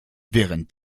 während